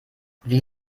wie